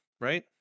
Right